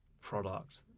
product